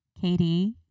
Katie